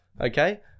Okay